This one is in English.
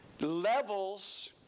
levels